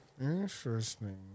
Interesting